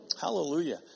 Hallelujah